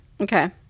Okay